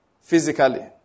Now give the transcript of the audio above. Physically